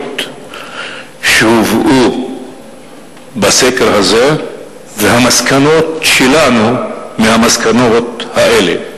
שהובאו בסקר הזה והמסקנות שלנו מהמסקנות האלה.